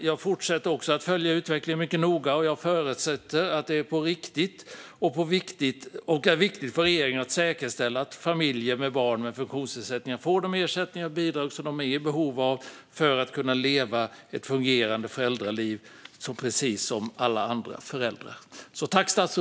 Jag fortsätter också att följa utvecklingen mycket noga, och jag förutsätter att det på riktigt är viktigt för regeringen att säkerställa att familjer med barn med funktionsnedsättning får de ersättningar och bidrag de är i behov av för att leva ett fungerande föräldraliv precis som alla andra föräldrar.